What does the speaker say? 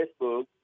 Facebook